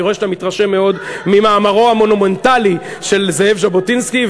אני רואה שאתה מתרשם מאוד ממאמרו המונומנטלי של זאב ז'בוטינסקי,